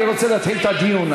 אני רוצה להתחיל את הדיון.